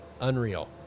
Unreal